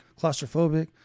Claustrophobic